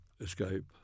escape